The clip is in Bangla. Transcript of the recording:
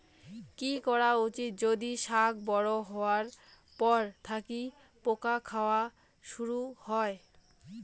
কি করা উচিৎ যদি শাক বড়ো হবার পর থাকি পোকা খাওয়া শুরু হয়?